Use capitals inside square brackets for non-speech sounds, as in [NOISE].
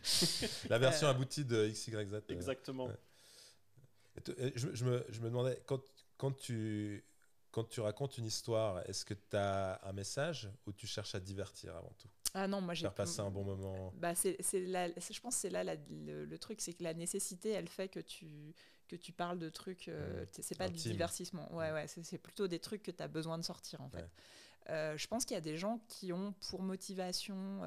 [LAUGHS] La version Euh. aboutie de XYZ. Exactement. Ouais. Et te- et je me- je me- je me demandais, quand- quand tu- quand tu racontes une histoire, est-ce que t'as un message ou tu cherches à divertir avant tout ? Ah non, moi, j'ai Faire p- passer un bon moment. Bah, c'est- c'est la- la- c'est- je pense que c'est là la- le- le truc, c'est que la nécessité, elle fait que tu- que tu parles de trucs, euh, Mhm. t- c'est pas du Intime. divertissement. Ouais, Mhm. ouais, c'est- c'est plutôt des trucs que t'as besoin de sortir, en fait. Ouais. Euh, je pense qu'il y a des gens qui ont, pour motivation,